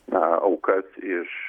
na aukas iš